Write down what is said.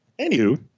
Anywho